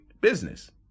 business